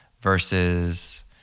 versus